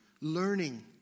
learning